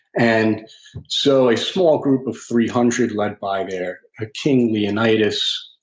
and so a small group of three hundred led by their ah king leonidas,